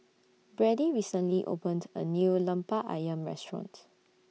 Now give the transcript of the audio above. Brady recently opened A New Lemper Ayam Restaurant